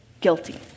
guilty